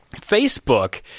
Facebook